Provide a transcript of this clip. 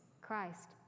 Christ